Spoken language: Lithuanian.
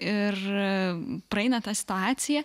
ir praeina ta situacija